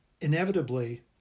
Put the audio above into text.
inevitably